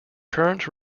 current